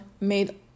made